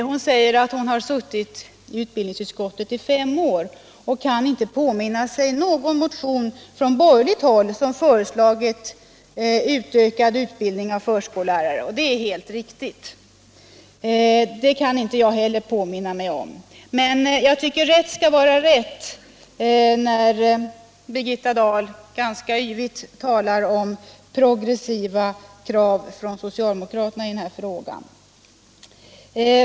Hon säger att hon suttit i utbildningsutskottet i fem år och inte kan påminna sig att det i någon motion från borgerligt håll föreslagits utökad utbildning av förskollärare. Det är helt riktigt. Det kan inte jag heller påminna mig. Jag tycker att rätt skall vara rätt — när Birgitta Dahl ganska yvigt talar om progressiva krav från socialdemokraterna i den här frågan.